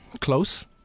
Close